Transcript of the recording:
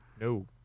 no